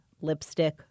lipstick